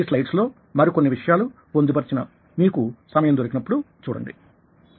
ఈ స్లైడ్స్ లో మరి కొన్ని విషయాలు పొందుపరిచిన మీకు సమయం దొరికినప్పుడు చూడండి